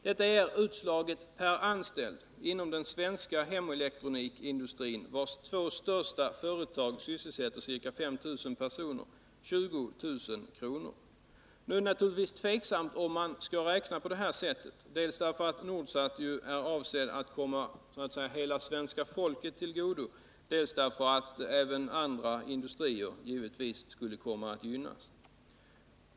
Det blir utslaget per anställd inom den svenska hemelektronikindustrin, vars två största företag sysselsätter ca 5 000 personer, 20 000 kr. Det är naturligtvis tveksamt om man skall räkna på det här sättet, dels därför att Nordsat ju är avsett att så att säga komma hela svenska folket till godo, dels därför att även andra industrier givetvis skulle komma att gynnas.